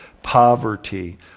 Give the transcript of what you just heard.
poverty